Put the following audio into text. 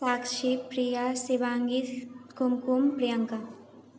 Sakshi Priya Shivangi Kumkum Priyanka